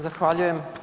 Zahvaljujem.